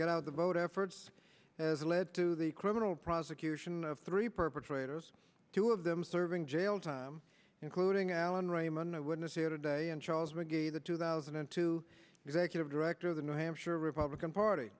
get out the vote efforts has led to the criminal prosecution of three perpetrators two of them serving jail time including alan raman a witness here today and charles mcgee the two thousand and two executive director of the new hampshire republican party